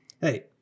Hey